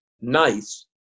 nice